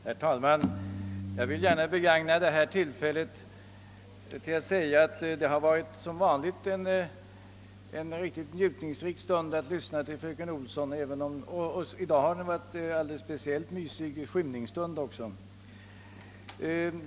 Herr talman! Jag vill gärna begagna detta tillfälle till att säga att det som vanligt varit riktigt njutningsrikt att lyssna till fröken Olsson — och i dag har det ju varit en alldeles speciellt mysig skymningsstund.